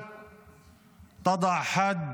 פורסם דוח העוני.